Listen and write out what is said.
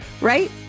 right